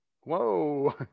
whoa